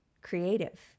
creative